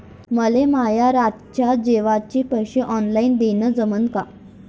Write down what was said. मले माये रातच्या जेवाचे पैसे ऑनलाईन देणं जमन का?